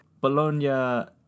Bologna